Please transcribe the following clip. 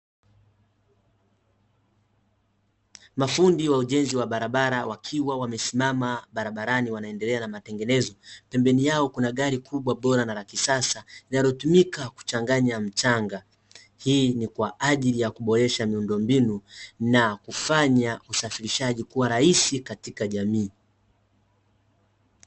Mafundi wa ujenzi wa barabara, wakiwa wamesimama barabarani wanaendelea na matengenezo, pembeni yao kuna gari kubwa bora na la kisasa; linalotumika kuchanganya mchanga. Hii ni kwa ajili ya kuboresha miundombinu na kufanya usafirishaji kuwa rahisi katika jamii.